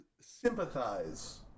sympathize